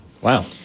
Wow